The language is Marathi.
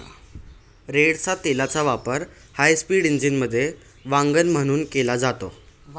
रेडच्या तेलाचा वापर हायस्पीड इंजिनमध्ये वंगण म्हणून केला जातो